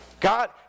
God